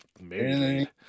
married